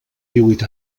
díhuit